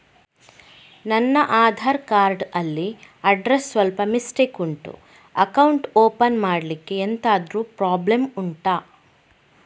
ನನ್ನ ಆಧಾರ್ ಕಾರ್ಡ್ ಅಲ್ಲಿ ಅಡ್ರೆಸ್ ಸ್ವಲ್ಪ ಮಿಸ್ಟೇಕ್ ಉಂಟು ಅಕೌಂಟ್ ಓಪನ್ ಮಾಡ್ಲಿಕ್ಕೆ ಎಂತಾದ್ರು ಪ್ರಾಬ್ಲಮ್ ಉಂಟಾ